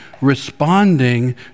responding